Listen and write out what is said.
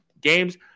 games